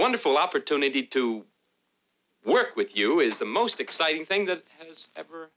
wonderful opportunity to work with you is the most exciting thing that